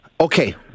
Okay